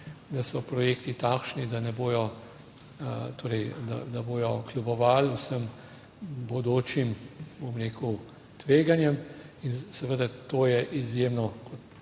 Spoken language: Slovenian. da so projekti takšni, da bodo kljubovali vsem bodočim, bom rekel, tveganjem in seveda to je izjemno,